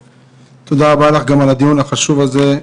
תודה רבה לך על הדיון החשוב הזה,